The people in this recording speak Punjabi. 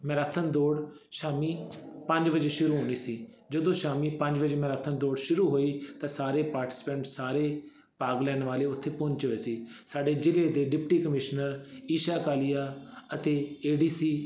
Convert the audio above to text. ਮੈਰਾਥਨ ਦੌੜ ਸ਼ਾਮੀਂ ਪੰਜ ਵਜੇ ਸ਼ੁਰੂ ਹੋਣੀ ਸੀ ਜਦੋਂ ਸ਼ਾਮੀਂ ਪੰਜ ਵਜੇ ਮੈਰਾਥਨ ਦੌੜ ਸ਼ੁਰੂ ਹੋਈ ਤਾਂ ਸਾਰੇ ਪਾਰਟੀਸਪੈਂਟਸ ਸਾਰੇ ਭਾਗ ਲੈਣ ਵਾਲੇ ਉੱਥੇ ਪਹੁੰਚੇ ਹੋਏ ਸੀ ਸਾਡੇ ਜ਼ਿਲ੍ਹੇ ਦੇ ਡਿਪਟੀ ਕਮਿਸ਼ਨਰ ਈਸ਼ਾ ਕਾਲੀਆ ਅਤੇ ਏ ਡੀ ਸੀ